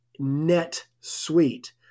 NetSuite